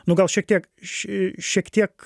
nu gal šiek tiek ši šiek tiek